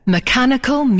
Mechanical